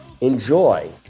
Enjoy